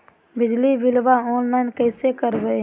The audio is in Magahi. बिजली बिलाबा ऑनलाइन कैसे करबै?